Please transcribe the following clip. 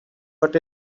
but